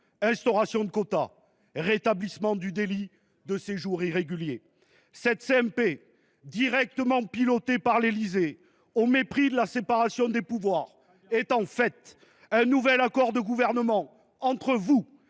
instauration de quotas ; rétablissement du délit de séjour irrégulier… Cette commission mixte paritaire, directement pilotée par l’Élysée, au mépris de la séparation des pouvoirs, est en fait un nouvel accord de gouvernement entre vous